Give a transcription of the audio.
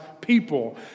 people